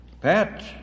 Pat